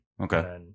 Okay